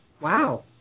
Wow